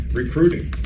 recruiting